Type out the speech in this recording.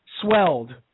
swelled